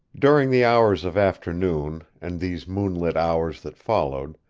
during the hours of afternoon, and these moonlit hours that followed,